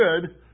good